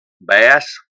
Bass